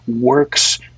works